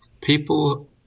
People